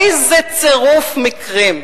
איזה צירוף מקרים.